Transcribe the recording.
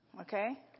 okay